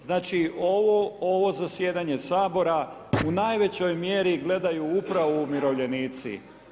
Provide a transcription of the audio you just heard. Znači ovo zasjedanje Sabora u najvećoj mjeri gledaju upravo umirovljenici.